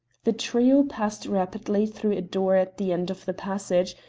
the trio passed rapidly through a door at the end of the passage,